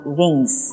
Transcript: wings